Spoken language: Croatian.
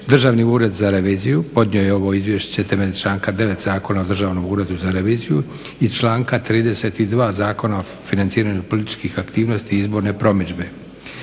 Državni ured za reviziju podnio je ovo izvješće temeljem članka 9.zakona o Državnom uredu za reviziju i članka 32. Zakona o financiranju političkih aktivnosti i izborne promidžbe.